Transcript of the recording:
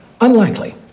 Unlikely